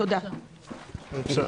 בינתיים אפשר